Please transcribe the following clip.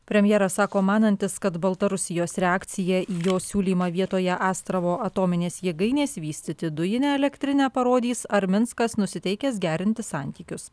premjeras sako manantis kad baltarusijos reakcija į jo siūlymą vietoje astravo atominės jėgainės vystyti dujinę elektrinę parodys ar minskas nusiteikęs gerinti santykius